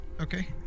Okay